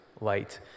light